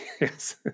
Yes